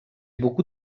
beaucoup